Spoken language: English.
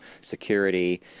security